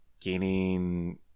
gaining